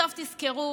תזכרו